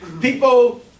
people